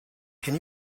can